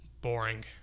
boring